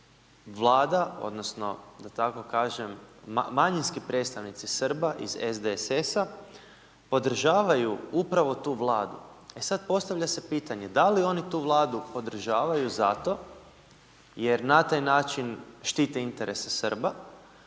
tako kažem, manjinski predstavnici Srba iz SDSS-a podržavaju upravo tu Vladu. E sad, postavlja se pitanje da li oni tu Vladu podržavaju zato jer na taj način štite interese Srba